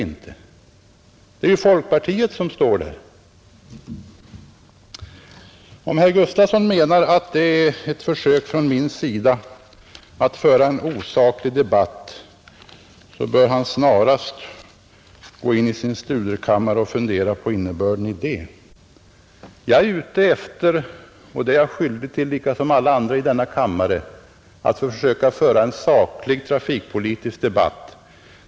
Om herr Gustafson menar att det rör sig om ett försök från min sida att föra en osaklig debatt bör han snarast gå in i sin studerkammare och fundera på innebörden i det. Jag är ute efter, och det är jag skyldig till liksom alla andra i denna kammare, att försöka föra en saklig trafikpolitisk debatt.